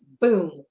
boom